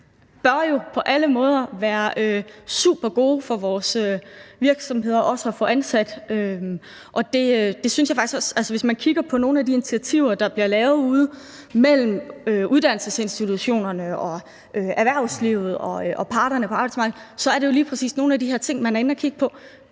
bør på alle måder være supergode for vores virksomheder at få ansat. Jeg synes faktisk, at hvis man kigger på nogle af de initiativer, der bliver taget mellem uddannelsesinstitutionerne og erhvervslivet og parterne på arbejdsmarkedet, kan man se, at det lige præcis er nogle af de her ting, de er inde at kigge på.